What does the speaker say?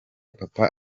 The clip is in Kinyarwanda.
papa